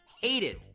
hated